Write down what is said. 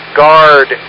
guard